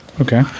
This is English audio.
Okay